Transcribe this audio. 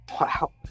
Wow